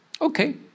okay